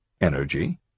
energy